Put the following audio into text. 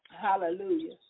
hallelujah